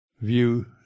view